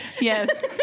Yes